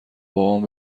بابام